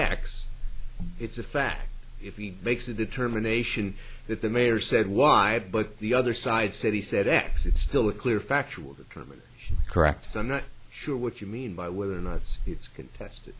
x it's a fact if he makes a determination that the mayor said why but the other side said he said x it's still a clear factual determine correct so i'm not sure what you mean by whether or not it's contest